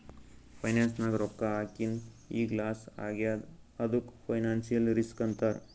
finance ನಾಗ್ ರೊಕ್ಕಾ ಹಾಕಿನ್ ಈಗ್ ಲಾಸ್ ಆಗ್ಯಾದ್ ಅದ್ದುಕ್ ಫೈನಾನ್ಸಿಯಲ್ ರಿಸ್ಕ್ ಅಂತಾರ್